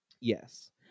Yes